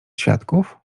świadków